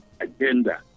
agenda